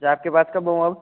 आपके पास कब आऊँ अब